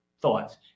thoughts